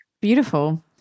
Beautiful